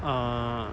uh